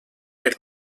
per